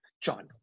John